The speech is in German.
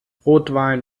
rotwein